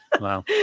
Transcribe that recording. wow